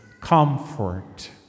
Comfort